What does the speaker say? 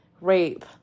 rape